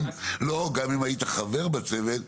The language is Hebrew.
גם אם היית חבר בצוות,